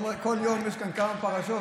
יום יש כאן כמה פרשות.